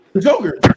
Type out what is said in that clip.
Joker